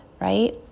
right